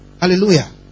Hallelujah